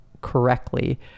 correctly